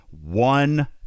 one